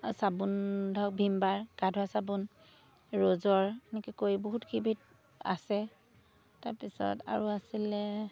চাবোন ধৰক ভীম বাৰ গা ধোৱা চাবোন ৰজৰ এনেকৈ কৰি বহুতকেইবিধ আছে তাৰ পিছত আৰু আছিলে